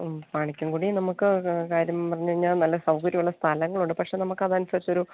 മ്മ് പണിക്കംകുടി നമ്മൾക്ക് കാര്യം പറഞ്ഞു കഴിഞ്ഞാൽ നല്ല സൗകര്യമുള്ള സ്ഥലങ്ങളുണ്ട് പക്ഷെ നമുക്ക് അതനുസരിച്ച് ഒരു